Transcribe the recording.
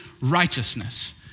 righteousness